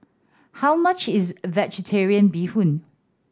how much is Vegetarian Bee Hoon